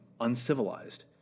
uncivilized